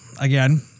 again